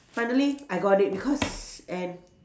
finally I got it because and